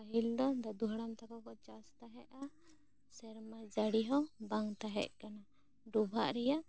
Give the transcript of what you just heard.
ᱯᱟᱹᱦᱤᱞ ᱫᱚ ᱫᱟᱹᱫᱩ ᱦᱟᱲᱟᱢ ᱛᱟᱠᱚ ᱠᱚ ᱪᱟᱥ ᱛᱟᱦᱮᱭᱟᱜ ᱥᱮᱨᱢᱟ ᱡᱟᱹᱲᱤ ᱦᱚᱸ ᱵᱟᱝ ᱛᱟᱦᱮᱸ ᱠᱟᱱᱟ ᱰᱚᱵᱷᱟᱜ ᱨᱮᱭᱟᱜ